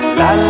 la